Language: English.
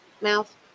mouth